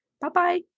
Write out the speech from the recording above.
Bye-bye